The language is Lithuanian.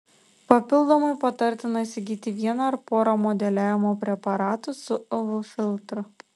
papildomai patartina įsigyti vieną ar porą modeliavimo preparatų su uv filtru